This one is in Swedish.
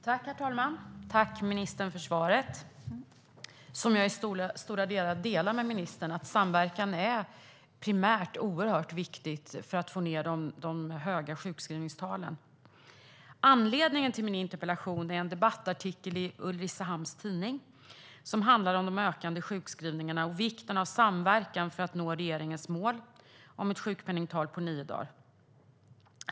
Herr talman! Jag tackar ministern för svaret. Jag delar i stora delar ministerns syn att samverkan primärt är oerhört viktigt för att få ned de höga sjukskrivningstalen. Anledningen till min interpellation är en debattartikel i Ulricehamns tidning om de ökande sjukskrivningarna och vikten av samverkan för att nå regeringens mål om ett sjukpenningtal på nio dagar.